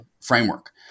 framework